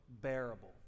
bearable